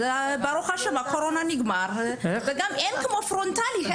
ברוך השם, הקורונה נגמרה ואין כמו פרונטלי,